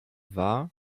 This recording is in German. war